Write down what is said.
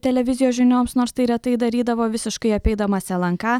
televizijos žinioms nors tai retai darydavo visiškai apeidamas lnk